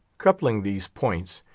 coupling these points,